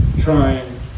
trying